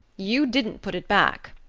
you didn't put it back,